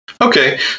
Okay